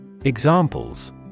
Examples